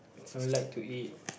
i would like to eat